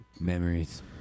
Memories